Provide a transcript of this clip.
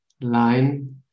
line